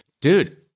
dude